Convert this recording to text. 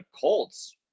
Colts